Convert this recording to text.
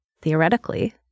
theoretically